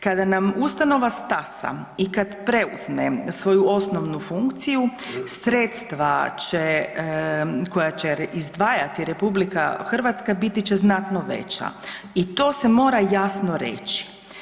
Kada nam ustanova stasa i kad preuzme svoju osnovnu funkciju sredstva će, koja će izdvajati RH, biti će znatno veća i to se mora jasno reći.